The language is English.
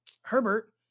Herbert